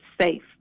safe